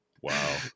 Wow